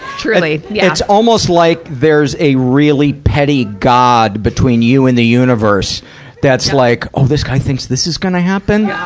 truly. yeah. it's almost like there's a really petty god between you and the universe that's like, oh this guy thinks this is gonna happen?